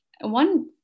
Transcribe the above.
one